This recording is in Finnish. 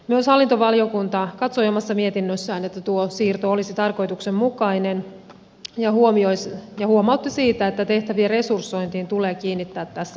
myös hallintovaliokunta katsoi omassa mietinnössään että tuo siirto olisi tarkoituksenmukainen ja huomautti siitä että tehtävien resursointiin tulee kiinnittää tässä huomiota